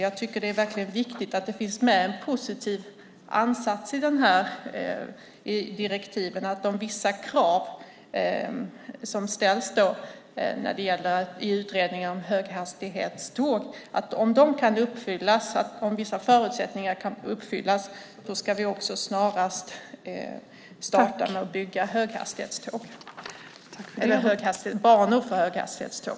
Jag tycker att det är viktigt att det finns med en positiv ansats i direktiven att om vissa krav som ställs i utredningen om höghastighetståg kan uppfyllas ska vi också snarast börja bygga banor för höghastighetståg.